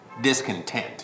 discontent